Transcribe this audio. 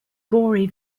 gory